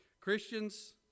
Christians